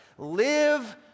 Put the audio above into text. Live